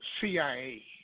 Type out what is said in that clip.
CIA